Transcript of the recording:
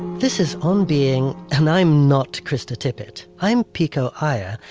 this is on being and i'm not krista tippett. i'm pico iyer.